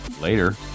later